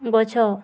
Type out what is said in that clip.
ଗଛ